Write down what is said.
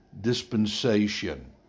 dispensation